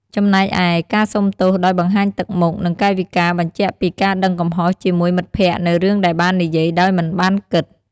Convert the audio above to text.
ចំណែកឯ ការសូមទោសដោយបង្ហាញទឹកមុខ និងកាយវិការបញ្ជាក់ពីការដឹងកំហុសជាមួយមិត្តភក្តិនូវរឿងដែលបាននិយាយដោយមិនបានគិត។